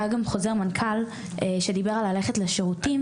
היה גם חוזר מנכ"ל שדיבר על ללכת לשירותים.